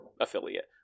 affiliate